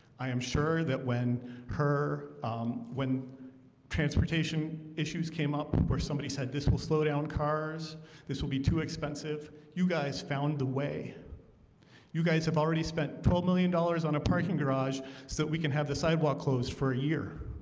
i am sure that when her when transportation issues came up where somebody said this will slow down cars. this will be too expensive you guys found the way you guys have already spent twelve million dollars on a parking garage so we can have the sidewalk closed for a year